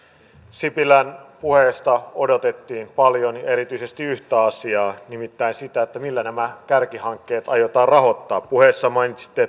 sipilän puheesta odotettiin paljon ja erityisesti yhtä asiaa nimittäin sitä millä nämä kärkihankkeet aiotaan rahoittaa puheessa mainitsitte